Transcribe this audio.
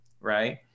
Right